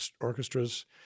orchestras